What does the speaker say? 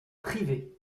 privé